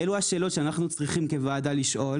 אלה שאלות שאנחנו כוועדה צריכים לשאול.